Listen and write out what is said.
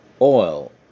oil